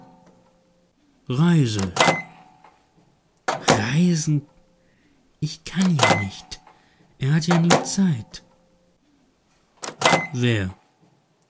reise reisen ich kann ja nicht er hat ja nie zeit wer